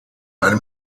einem